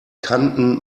kanten